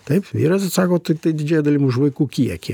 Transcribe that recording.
taip vyras atsako tiktai didžiąja dalim už vaikų kiekį